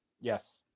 Yes